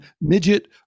midget